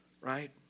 right